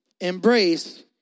embrace